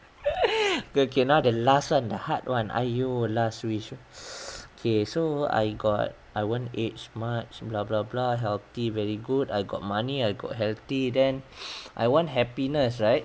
okay okay now the last one the hard one !aiyo! last wish okay so I got I won't age much blah blah blah healthy really good I got money I got healthy then I want happiness right